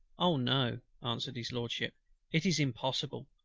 oh! no, answered his lordship it is impossible.